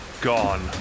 gone